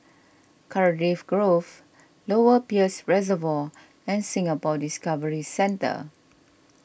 Cardiff Grove Lower Peirce Reservoir and Singapore Discovery Centre